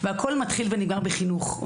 והכול מתחיל ונגמר בחינוך.